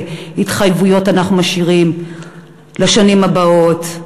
התחייבויות אנחנו משאירים לשנים הבאות,